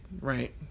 Right